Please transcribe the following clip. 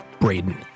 Braden